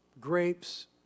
grapes